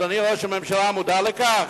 אדוני ראש הממשלה מודע לכך?